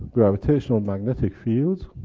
gravitational-magnetic fields